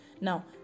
now